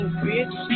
bitch